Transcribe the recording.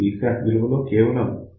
Psat విలువలో కేవలం 0